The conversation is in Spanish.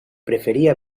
prefería